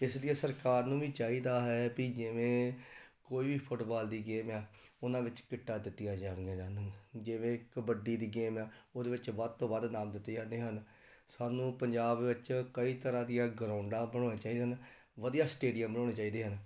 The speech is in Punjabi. ਇਸ ਲੀਏ ਸਰਕਾਰ ਨੂੰ ਵੀ ਚਾਹੀਦਾ ਹੈ ਪੀ ਜਿਵੇਂ ਕੋਈ ਵੀ ਫੁੱਟਬਾਲ ਦੀ ਗੇਮ ਹੈ ਉਹਨਾਂ ਵਿੱਚ ਕਿੱਟਾਂ ਦਿੱਤੀਆਂ ਜਾਣੀਆਂ ਹਨ ਜਿਵੇਂ ਕਬੱਡੀ ਦੀ ਗੇਮ ਹੈ ਉਹਦੇ ਵਿੱਚ ਵੱਧ ਤੋਂ ਵੱਧ ਇਨਾਮ ਦਿੱਤੇ ਜਾਂਦੇ ਹਨ ਸਾਨੂੰ ਪੰਜਾਬ ਵਿੱਚ ਕਈ ਤਰ੍ਹਾਂ ਦੀਆਂ ਗਰੋਂਡਾਂ ਬਣਾਉਣੀਆਂ ਚਾਹੀਦੀਆਂ ਹਨ ਵਧੀਆ ਸਟੇਡੀਅਮ ਬਣਾਉਣੇ ਚਾਹੀਦੇ ਹਨ